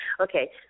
Okay